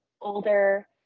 older